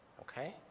okay?